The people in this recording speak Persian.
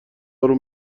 آروم